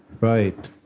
Right